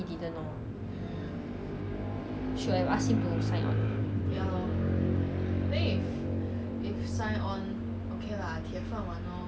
he is not doing anything now studying mm